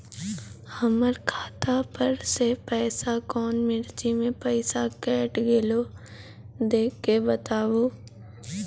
हमर खाता पर से पैसा कौन मिर्ची मे पैसा कैट गेलौ देख के बताबू?